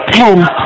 Ten